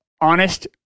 honest